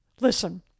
Listen